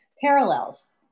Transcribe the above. parallels